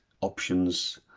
options